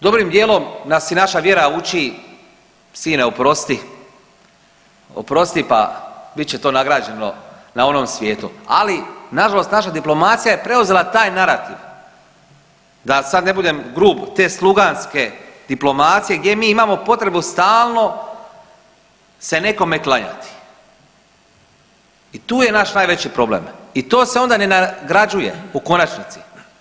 Dobrim dijelom nas i naša vjera uči sine oprosti, oprosti pa bit će to nagrađeno na onom svijetu, ali nažalost naša diplomacija je preuzela taj narativ, da sad ne budem grub, te sluganske diplomacije gdje mi imamo potrebu stalno se nekome klanjati i tu je naš najveći problem i to se onda ne nagrađuje u konačnici.